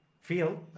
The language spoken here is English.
feel